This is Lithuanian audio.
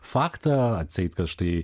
faktą atseit kad štai